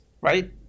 Right